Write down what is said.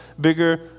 bigger